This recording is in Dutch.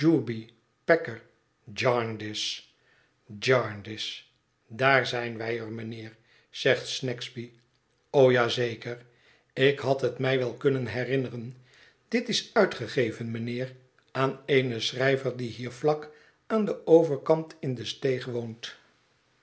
daar zijn wij er mijnheer zegt snagsby o ja zeker ik had het mij wel kunnen herinneren dit is uitgegeven mijnheer aan een schrijver die hier vlak aan den overkant in de steeg woont